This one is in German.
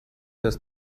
das